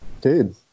Dude